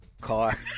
Car